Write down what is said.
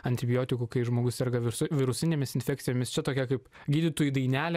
antibiotikų kai žmogus serga virusi virusinėmis infekcijomis čia tokia kaip gydytojui dainelė